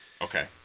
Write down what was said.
Okay